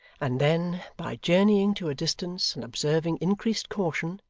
and then, by journeying to a distance and observing increased caution,